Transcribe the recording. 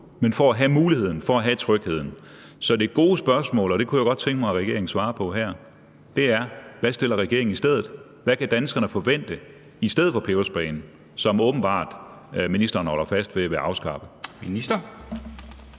men for at have muligheden og for at have trygheden. Så det gode spørgsmål – og det kunne jeg godt tænke mig at regeringen svarer på her – er: Hvad stiller regeringen i stedet, og hvad kan danskerne forvente i stedet for pebersprayen, som ministeren åbenbart holder fast ved at afskaffe?